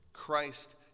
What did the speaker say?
Christ